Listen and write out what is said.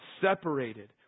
separated